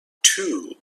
two